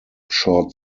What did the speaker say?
short